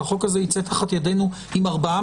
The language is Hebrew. שאם החוק הזה יצא תחת ידינו עם ארבעה